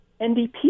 NDP